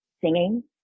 singing